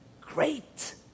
great